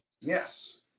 Yes